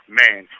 man